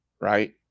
right